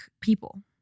people